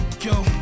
Yo